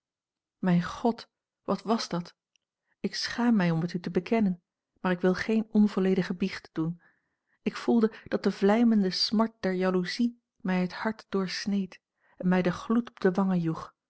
mijn god wat was dat ik schaam mij om het u te bekennen maar ik wil geen onvolledige biecht doen ik voelde dat de vlijmende smart der jaloezie mij het hart doorsneed en mij den gloed op de wangen joeg